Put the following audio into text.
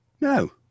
No